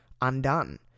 undone